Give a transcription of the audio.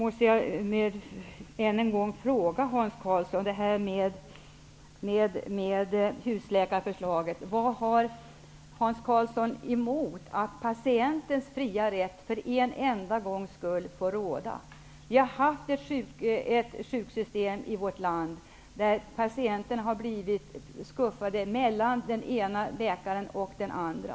Vad har Hans Karlsson emot att patientens fria rätt för en enda gångs skull får råda? Vi har haft ett system i vårt land där patienterna har blivit skuffade mellan den ena läkaren och den andra.